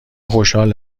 خوشحال